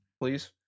please